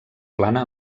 plana